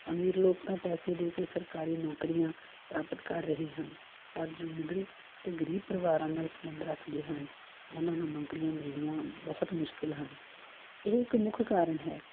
ਅਮੀਰ ਲੋਕ ਤਾਂ ਪੈਸੇ ਦੇ ਕੇ ਸਰਕਾਰੀ ਨੌਕਰੀਆਂ ਪ੍ਰਾਪਤ ਕਰ ਰਹੇ ਹਨ ਪਰ ਜੋ ਮਿਡਲ ਅਤੇ ਗਰੀਬ ਪਰਿਵਾਰਾਂ ਨਾਲ ਸੰਬੰਧ ਰੱਖਦੇ ਹਨ ਉਹਨਾਂ ਨੂੰ ਨੌਕਰੀਆਂ ਮਿਲਦੀਆਂ ਬਹੁਤ ਮੁਸ਼ਕਿਲ ਹਨ ਇਹ ਇੱਕ ਮੁੱਖ ਕਾਰਣ ਹੈ